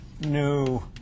new